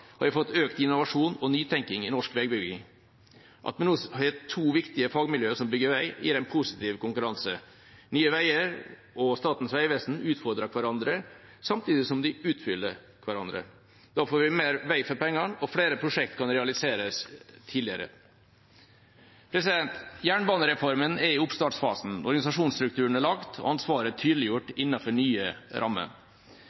har vi fått økt innovasjon og nytenkning i norsk veibygging. At vi nå har to viktige fagmiljø som bygger vei, gir en positiv konkurranse. Nye Veier og Statens vegvesen utfordrer hverandre, samtidig som de utfyller hverandre. Da får vi mer vei for pengene, og flere prosjekter kan realiseres tidligere. Jernbanereformen er i oppstartsfasen. Organisasjonsstrukturen er lagt, og ansvaret er tydeliggjort